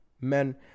men